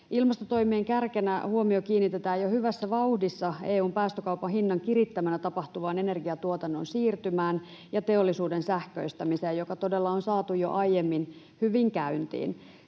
Ilmastotoimien kärkenä huomio kiinnitetään jo hyvässä vauhdissa EU:n päästökaupan hinnan kirittämänä tapahtuvaan energiantuotannon siirtymään ja teollisuuden sähköistämiseen, joka todella on saatu jo aiemmin hyvin käyntiin.